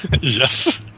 Yes